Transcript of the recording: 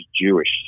Jewish